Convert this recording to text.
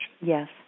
Yes